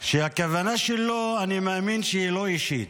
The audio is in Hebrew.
כשהכוונה שלו, אני מאמין, היא לא אישית.